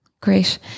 great